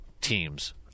teams